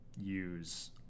use